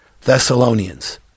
Thessalonians